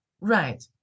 right